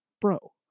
bro